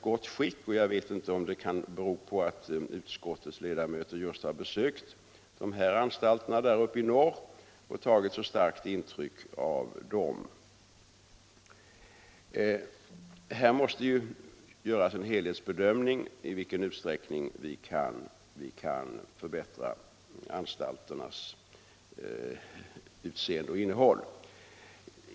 Jag vet inte om anledningen till att Luleå och Umeå har nämnts här kan vara att utskottets ledamöter nyligen har besökt dessa anstalter och tagit så stort intryck av dem. Här måste emellertid göras en helhetsbedömning av i vilken ordning vi kan förbättra anstalternas utseende och innehåll.